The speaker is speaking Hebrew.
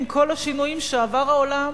עם כל השינויים שעבר העולם,